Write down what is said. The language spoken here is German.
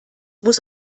muss